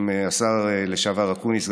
גם עם השר לשעבר אקוניס,